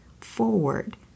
forward